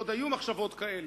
שעוד היו מחשבות כאלה.